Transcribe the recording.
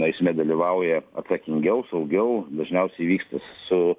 eisme dalyvauja atsakingiau saugiau dažniausiai vyksta su